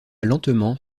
lentement